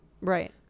right